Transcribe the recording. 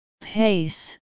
Pace